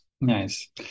Nice